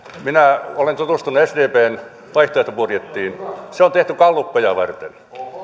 minä olen tutustunut sdpn vaihtoehtobudjettiin se on tehty gallupeja varten